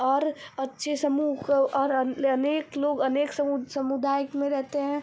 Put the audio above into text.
और अच्छे समूह काे और अनेक लोग अनेक समु समुदाय में रहते हैं